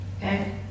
Okay